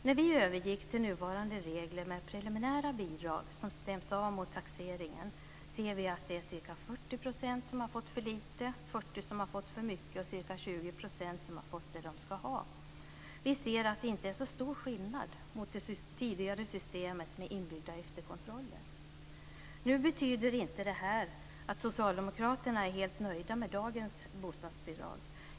När vi övergick till nuvarande regler med preliminära bidrag som stäms av mot taxeringen ser vi att det är ca 40 % som fått för lite, 40 % som fått för mycket och ca 20 % som fått det de ska ha. Vi ser att det inte är så stor skillnad mot det tidigare systemet med inbyggda efterkontroller. Nu betyder inte det här att vi socialdemokrater är helt nöjda med dagens bostadsbidrag.